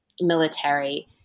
military